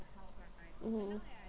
mmhmm